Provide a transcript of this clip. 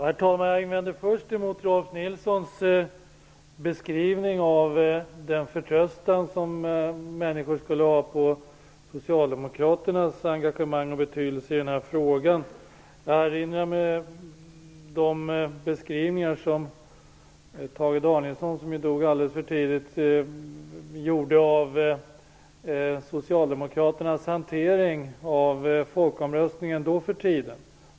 Herr talman! Jag vill börja med att invända mot Rolf L Nilsons beskrivning av den förtröstan som människor skulle ha på Socialdemokraternas engagemang i denna fråga och hans beskrivning av den betydelse detta skulle ha. Jag erinrar mig den beskrivning som Tage Danielsson, som ju dog alldeles för tidigt, gjorde av Socialdemokraternas hantering av folkomröstningen då.